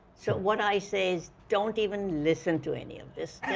so what i say is, don't even listen to any of this!